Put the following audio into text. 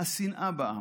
השנאה בעם,